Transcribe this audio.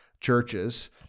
churches